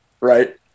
right